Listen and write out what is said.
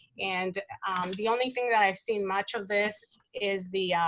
and the only thing that i've seen much of this is the,